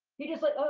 he just like,